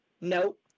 nope